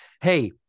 hey